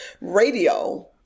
radio